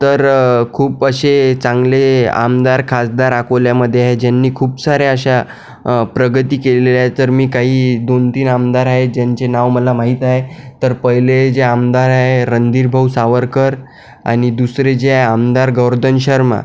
तर खूप असे चांगले आमदार खाजदार अकोल्यामध्ये आहे ज्यांनी खूप साऱ्या अशा प्रगती केलेल्यात तर मी काही दोन तीन आमदार आहेत ज्यांचे नाव मला माहित आहे तर पहिले जे आमदार आहे रणदीरभाऊ सावरकर आणि दुसरे जे आहे आमदार गोवर्दन शर्मा